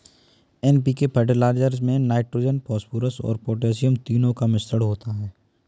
NPK fertilizer में nitrogen, phosphorus और potassium तीनों का मिश्रण होता है